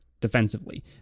defensively